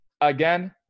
again